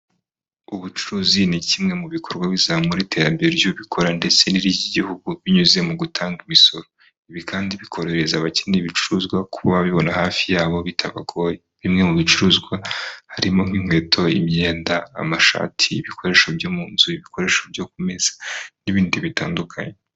Ubucuruzi ni kimwe mu bikorwa bizamura iterambere ry'ubikora ndetse n'iry'igihugu binyuze mu gutanga imisoro, ibi kandi bikorohereza abakene ibicuruzwa kuba babibona hafi yabo bitabagoye, bimwe mu bicuruzwa harimo nk'inkweto, imyenda, amashati, ibikoresho byo mu nzu, ibikoresho byo ku meza n'ibindi bitandukanye.